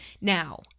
now